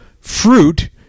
fruit